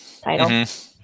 title